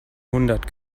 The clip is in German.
hundert